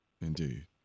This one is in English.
Indeed